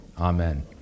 Amen